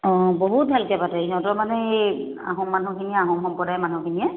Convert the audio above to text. অঁ বহুত ভালকে পাতে সিহঁতৰ মানে এই আহোম মানুহখিনিয়ে আহোম সম্প্ৰদায়ৰ মানুহখিনিয়ে